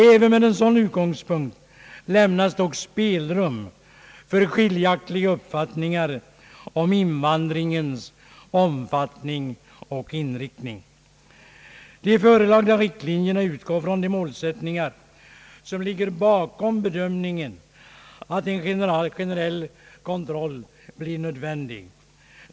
Även med en sådan utgångspunkt lämnas dock spelrum för skiljaktiga uppfattningar om invandringens omfattning och inriktning. De förelagda riktlinjerna utgår från de målsättningar som ligger bakom bedömningen att en generell kontroll blir nödvändig.